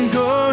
go